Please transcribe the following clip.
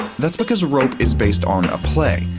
that's because rope is based on a play.